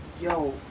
Yo